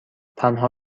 تنها